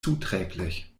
zuträglich